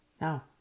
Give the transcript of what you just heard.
Now